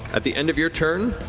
at the end of your turn,